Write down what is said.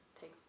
take